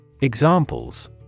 examples